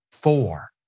four